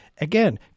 again